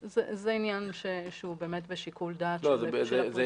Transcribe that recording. זה עניין שהוא באמת בשיקול דעת של ה --- לא,